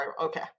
Okay